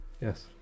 Yes